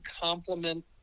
complement